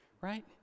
right